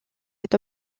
cet